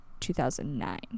2009